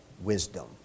wisdom